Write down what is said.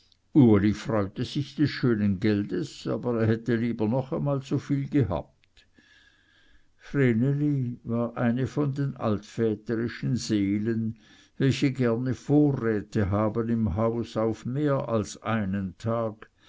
freute sich des schönen geldes aber er hätte lieber noch einmal so viel gehabt vreneli war eine von den altväterischen seelen welche gerne vorräte haben im hause auf mehr als einen tag